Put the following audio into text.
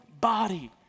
body